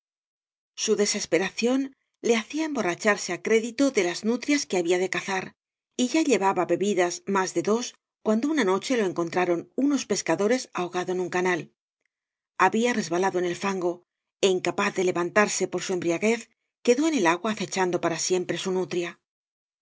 su desesperación le bacía emborra charse á crédito de las nutrias que había de cazar y ya llevaba bebidas más de dos cuando una noche lo encontraron unos pescadores ahogado en un canal había resbalado en el fango é incapaz de levantarse por su embriaguez quedó en el agua acechando para siempre su nutria